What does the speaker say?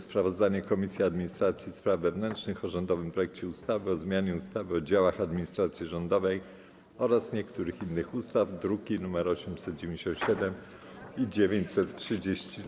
Sprawozdanie Komisji Administracji i Spraw Wewnętrznych o rządowym projekcie ustawy o zmianie ustawy o działach administracji rządowej oraz niektórych innych ustaw (druki nr 897 i 934)